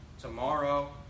tomorrow